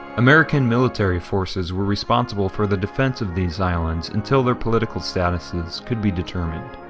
american military forces were responsible for the defense of these islands until their political statuses could be determined.